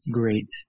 great